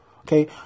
Okay